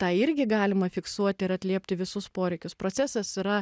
tą irgi galima fiksuoti ir atliepti visus poreikius procesas yra